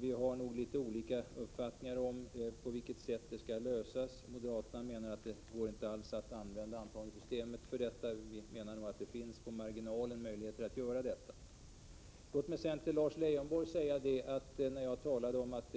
Vi har noglitet olika uppfattningar om på vilket sätt det skall lösas. Moderaterna menar att det inte alls går att använda antagningssystemet för det ändamålet. Vi menar att det på marginalen finns möjligheter att göra detta. Låt mig sedan säga några ord till Lars Leijonborg. Jag talade om att